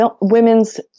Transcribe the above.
women's